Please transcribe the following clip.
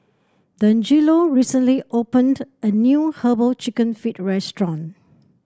Dangelo recently opened a new herbal chicken feet restaurant